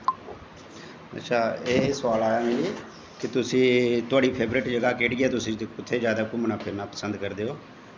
ते एह् सोआल आदा मिगी कि तुआढ़ी फेवरट जगह् केह्ड़ी ऐ तुसें कुत्थें जादा घुम्मनां फिरनां पसंद करदे ओ